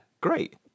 great